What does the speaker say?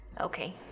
Okay